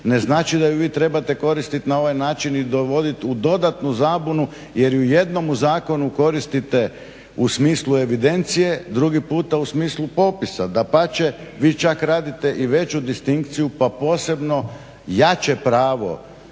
ne znači da ju vi trebate koristiti na ovaj način i dovoditi u dodatnu zabunu, jer i u jednom u zakonu koristiti u smislu evidencije, drugi puta u smislu popisa. Dapače, vi čak radite i veću distinkciju pa posebno jače pravo